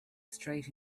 straight